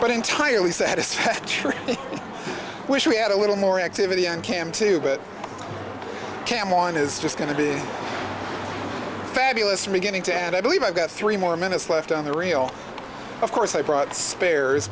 but entirely satisfactory we wish we had a little more activity and cam too but cam on is just going to be fabulous me getting to and i believe i've got three more minutes left on the reel of course i brought